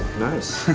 nice.